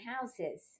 houses